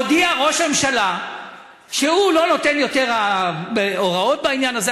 איך מודיע ראש הממשלה שהוא לא נותן יותר הוראות בעניין הזה,